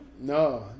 No